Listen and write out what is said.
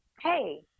Hey